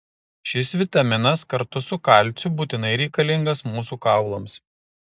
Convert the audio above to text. šis vitaminas kartu su kalciu būtinai reikalingas mūsų kaulams